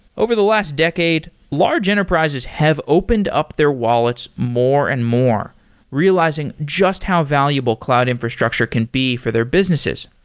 over the last decade, large enterprises have opened up their wallets more and more realizing just how valuable cloud infrastructure can be for their businesses,